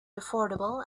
affordable